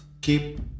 keep